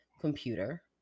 computer